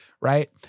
right